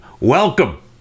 Welcome